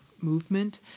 movement